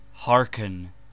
Hearken